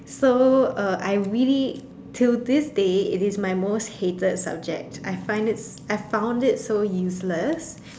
so uh I really till this day it is my most hated subject I find it I found it so useless